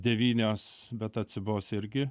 devynios bet atsibos irgi